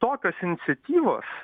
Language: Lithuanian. tokios iniciatyvos